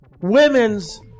women's